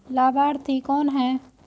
लाभार्थी कौन है?